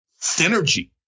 synergy